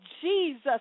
Jesus